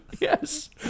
Yes